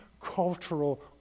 cultural